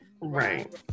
right